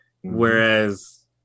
Whereas